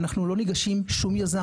אנחנו לא ניגשים שום יזם,